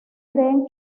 creen